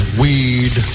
weed